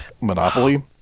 Monopoly